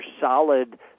solid